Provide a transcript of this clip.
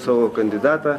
savo kandidatą